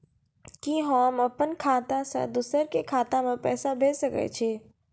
कि होम अपन खाता सं दूसर के खाता मे पैसा भेज सकै छी?